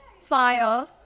fire